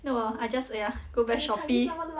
no I just aiya go back Shopee